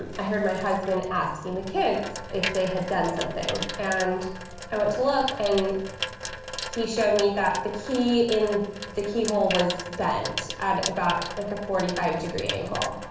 ah i heard my husband asking the kids if they had done something, and i went to look and he showed me that the key in the keyhole was bent at about like a forty five degree angle,